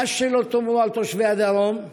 מה שלא תאמרו על תושבי הדרום,